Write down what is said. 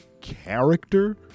character